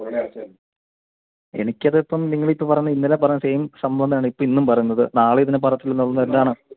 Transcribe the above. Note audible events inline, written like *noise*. എനിക്ക് അത് ഇപ്പം നിങ്ങൾ ഇപ്പോൾ പറയുന്നത് ഇന്നലെ പറഞ്ഞ സെയിം സംഭവം തന്നെയാണ് ഇപ്പോൾ ഇന്നും പറയുന്നത് നാളെയും *unintelligible*